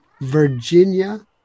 Virginia